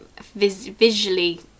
visually